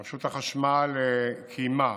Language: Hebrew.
רשות החשמל קיימה